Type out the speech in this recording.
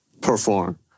perform